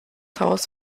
haus